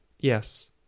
Yes